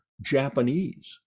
japanese